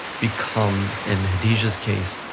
become, in hatice's case,